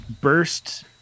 Burst